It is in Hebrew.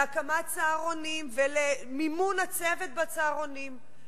להקמת צהרונים ולמימון הצוות בצהרונים.